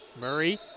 Murray